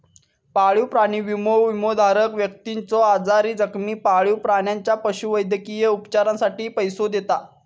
पाळीव प्राणी विमो, विमोधारक व्यक्तीच्यो आजारी, जखमी पाळीव प्राण्याच्या पशुवैद्यकीय उपचारांसाठी पैसो देता